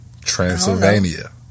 Transylvania